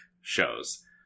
shows